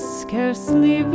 scarcely